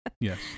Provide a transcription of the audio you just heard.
yes